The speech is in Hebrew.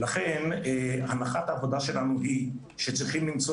לכן הנחת העבודה שלנו היא שצריכים למצוא